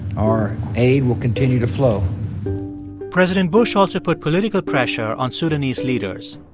our aid will continue to flow president bush also put political pressure on sudanese leaders.